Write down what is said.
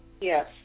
Yes